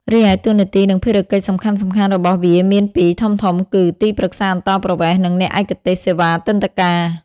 រីឯ តួនាទី និងភារកិច្ចសំខាន់ៗរបស់វាមានពីរធំៗគឺ ទីប្រឹក្សាអន្តោប្រវេសន៍ និងអ្នកឯកទេសសេវាទិដ្ឋាការ។